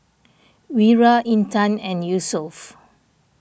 Wira Intan and Yusuf